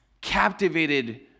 captivated